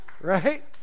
right